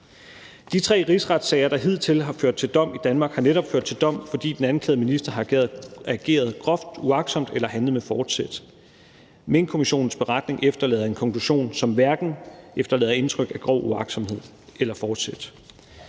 De tre rigsretssager, der hidtil har ført til dom i Danmark, har netop ført til dom, fordi den anklagede minister har ageret groft uagtsomt eller handlet med forsæt. Minkkommissionens beretning efterlader en konklusion, som hverken efterlader indtryk af grov uagtsomhed eller forsæt.